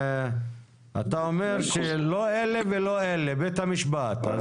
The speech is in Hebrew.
אתה אומר שלא אלה ולא אלה, בית המשפט.